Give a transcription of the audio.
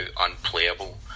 unplayable